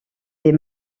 des